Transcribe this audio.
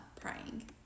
praying